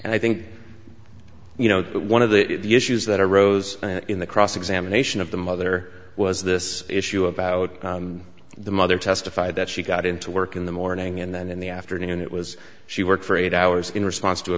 and i think you know but one of the issues that arose in the cross examination of the mother was this issue about the mother testified that she got into work in the morning and then in the afternoon it was she worked for eight hours in response to a